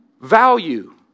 value